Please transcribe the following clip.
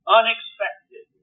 unexpected